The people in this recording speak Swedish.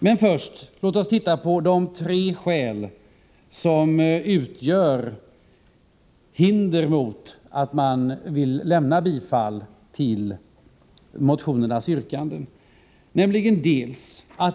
Men låt oss först se på de tre skäl som utgör hinder mot ett bifall till motionsyrkandena.